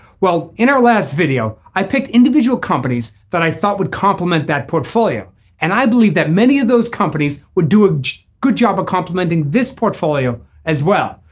well in our last video i picked individual companies that i thought would complement that portfolio and i believe that many of those companies would do a good job of complementing this portfolio as well.